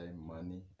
money